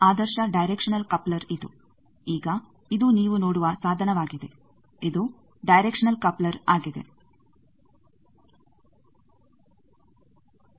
ಆದರ್ಶ directional coupler ಇದು ಈಗ ಇದು ನೀವು ನೋಡುವ ಸಾಧನವಾಗಿದೆ ಇದು ಡೈರೆಕ್ಷನಲ್ ಕಪ್ಲರ್ ಆಗಿದೆ